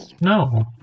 No